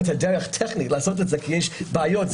דרך טכנית לעשות את זה כי יש בעיות.